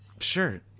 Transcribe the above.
Sure